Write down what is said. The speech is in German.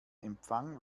empfang